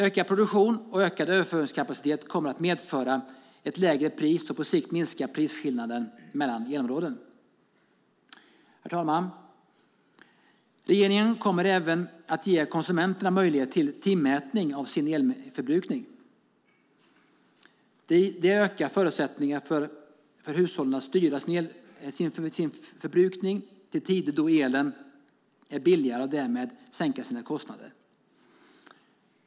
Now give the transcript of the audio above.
Ökad produktion och ökad överföringskapacitet kommer att medföra ett lägre pris och på sikt minska prisskillnaden mellan elområden. Herr talman! Regeringen kommer även att ge konsumenterna möjlighet till timmätning av sin elförbrukning. Det ökar förutsättningarna för hushållen att styra sin elförbrukning till tider då elen är billigare och därmed sänka sina kostnader.